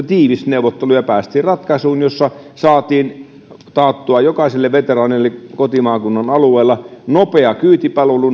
tiivis neuvottelu ja päästiin ratkaisuun jossa saatiin taattua jokaiselle veteraanille kotimaakunnan alueella nopea kyytipalvelu